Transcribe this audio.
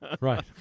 Right